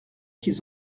qu’ils